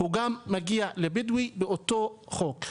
גם מגיעה לבדואי באותו חוק.